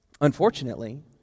Unfortunately